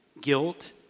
guilt